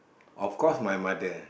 of course my mother